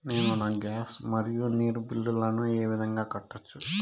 నేను నా గ్యాస్, మరియు నీరు బిల్లులను ఏ విధంగా కట్టొచ్చు?